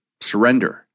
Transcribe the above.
surrender